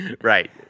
right